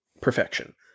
perfection